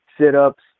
sit-ups